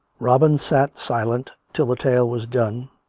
robin sat silent till the tale was done,